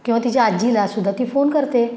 किंवा तिची आजीलासुद्धा ती फोन करते